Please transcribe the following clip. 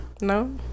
No